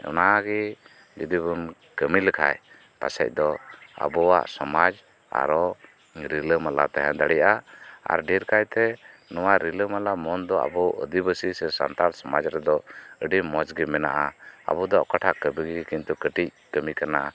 ᱚᱱᱟ ᱜᱮ ᱡᱩᱫᱤ ᱵᱚᱱ ᱠᱟᱹᱢᱤ ᱞᱮᱠᱷᱟᱡ ᱯᱟᱥᱮᱫᱚ ᱟᱵᱚ ᱟᱜ ᱥᱚᱢᱟᱡ ᱟᱨᱚ ᱨᱤᱞᱟᱹᱢᱟᱞᱟ ᱛᱟᱦᱮᱸ ᱫᱟᱲᱮᱭᱟᱜᱼᱟ ᱟᱨ ᱰᱷᱮᱨᱠᱟᱭᱛ ᱱᱚᱭᱟ ᱨᱤᱞᱟᱹᱢᱟᱞᱟ ᱢᱚᱱ ᱫᱚ ᱟᱵᱚ ᱟᱹᱫᱤ ᱵᱟᱹᱥᱤ ᱥᱮ ᱥᱟᱱᱛᱟᱲ ᱥᱚᱢᱟᱡ ᱨᱮᱱ ᱫᱚ ᱟᱹᱰᱤ ᱢᱚᱸᱡ ᱜᱮ ᱢᱮᱱᱟᱜᱼᱟ ᱟᱵᱚᱫᱚ ᱚᱠᱟᱴᱟᱜ ᱠᱟᱹᱢᱤᱜᱮ ᱠᱤᱱᱛᱩ ᱠᱟᱹᱴᱤᱡ ᱠᱟᱹᱢᱤ ᱠᱟᱱᱟ